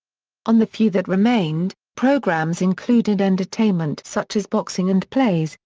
on the few that remained, programs included entertainment such as boxing and plays,